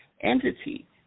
entity